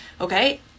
Okay